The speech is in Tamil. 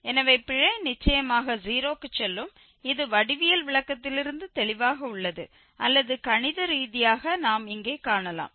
எனவே பிழை நிச்சயமாக 0 க்கு செல்லும் இது வடிவியல் விளக்கத்திலிருந்து தெளிவாக உள்ளது அல்லது கணித ரீதியாக நாம் இங்கே காணலாம்